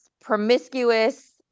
promiscuous